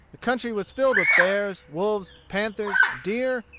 the country was filled with bears, wolves, panthers, deer,